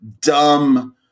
dumb